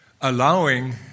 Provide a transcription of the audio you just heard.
allowing